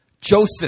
Joseph